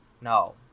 No